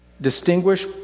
distinguish